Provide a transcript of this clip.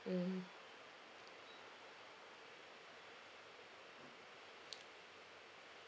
mmhmm